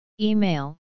Email